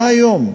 מה היום?